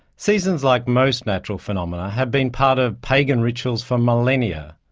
seasons, like most natural phenomena, have been part of pagan rituals for millennia.